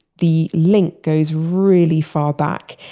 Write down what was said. the link goes really far back,